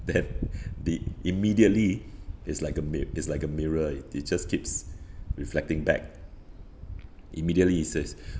then the immediately it's like a mi~ it's like a mirror it just keeps reflecting back immediately it says